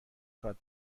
خواد